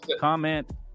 comment